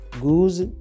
goose